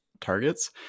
targets